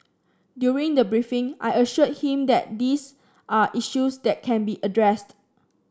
during the briefing I assured him that these are issues that can be addressed